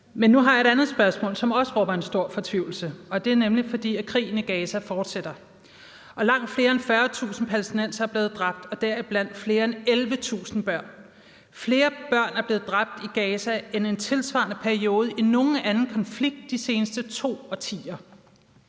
Men nu har jeg et andet spørgsmål, som også rummer en stor fortvivlelse, og det er nemlig, fordi krigen i Gaza fortsætter. Langt flere end 40.000 palæstinensere er blevet dræbt og deriblandt flere end 11.000 børn. Flere børn er blevet dræbt i Gaza end i en tilsvarende periode i nogen anden konflikt de seneste to årtier.